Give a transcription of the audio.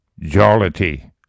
jollity